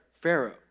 Pharaoh